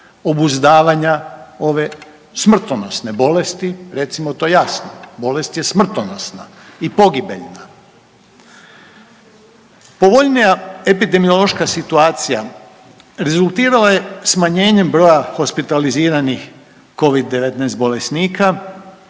obuzdavanja ove smrtonosne bolesti. Recimo to jasno, bolest je smrtonosna i pogibeljna. Povoljnija epidemiološka situacija rezultirala je smanjenjem broja hospitaliziranih Covid-19 bolesnika,